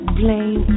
blame